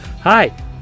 Hi